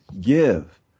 give